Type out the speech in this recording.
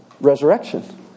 resurrection